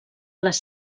les